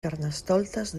carnestoltes